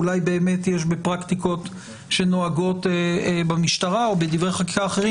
אולי באמת יש בפרקטיקות שנוהגות במשטרה או בדברי חקיקה אחרים.